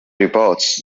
reports